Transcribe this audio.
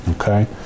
Okay